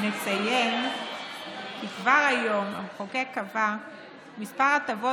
נציין כי כבר היום המחוקק קבע כמה הטבות